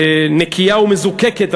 נקייה ומזוקקת,